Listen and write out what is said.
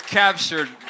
captured